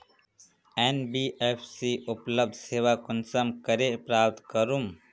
NBFC उपलब्ध सेवा कुंसम करे प्राप्त करूम?